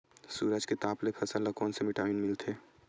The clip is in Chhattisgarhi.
सूरज के ताप ले फसल ल कोन ले विटामिन मिल थे?